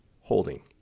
holding